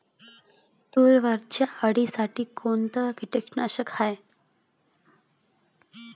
तुरीवरच्या अळीसाठी कोनतं कीटकनाशक हाये?